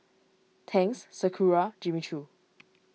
Tangs Sakura Jimmy Choo